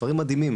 דברים מדהימים,